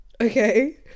okay